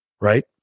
Right